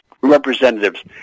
representatives